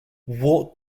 what